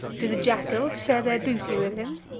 do the jackals share their booty with him?